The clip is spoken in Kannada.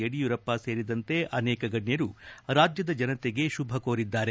ಯಡಿಯೂರಪ್ಪ ಸೇರಿದಂತೆ ಅನೇಕ ಗಣ್ಣರು ರಾಜ್ಯದ ಜನತೆಗೆ ಶುಭ ಕೋರಿದ್ದಾರೆ